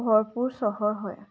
ভৰপূৰ চহৰ হয়